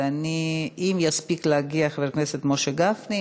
ואם יספיק להגיע, חבר הכנסת משה גפני.